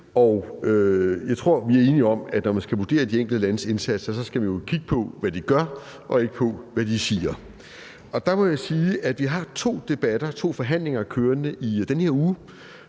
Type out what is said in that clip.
Jeg tror, vi er enige om, at når man skal vurdere de enkelte landes indsatser, skal man kigge på, hvad de gør, og ikke på, hvad de siger. Der må jeg sige, at vi har to debatter, to forhandlinger, kørende i den her uge,